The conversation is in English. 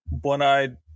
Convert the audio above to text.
one-eyed